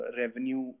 revenue